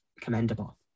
commendable